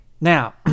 Now